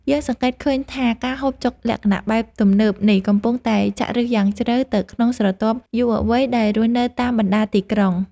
យើងសង្កេតឃើញថាការហូបចុកលក្ខណៈបែបទំនើបនេះកំពុងតែចាក់ឫសយ៉ាងជ្រៅទៅក្នុងស្រទាប់យុវវ័យដែលរស់នៅតាមបណ្តាទីក្រុង។